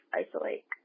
isolate